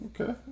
Okay